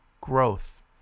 growth